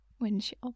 windshield